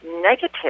negative